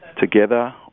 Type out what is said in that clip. together